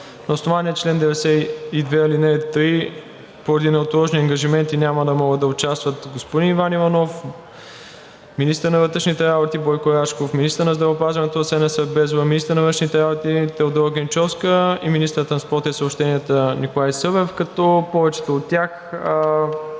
На основание чл. 92, ал. 3 поради неотложни ангажименти няма да могат да участват: господин Иван Иванов, министърът на вътрешните работи Бойко Рашков, министърът на здравеопазването Асена Сербезова, министърът на външните работи Теодора Генчовска и министърът на транспорта и съобщенията Николай Събев, като повечето от тях